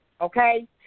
okay